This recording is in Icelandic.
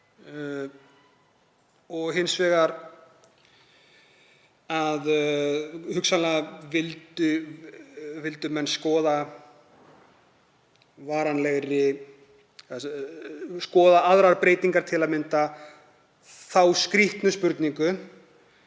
og hins vegar að hugsanlega vildu menn skoða aðrar breytingar, til að mynda þá skrýtnu spurningu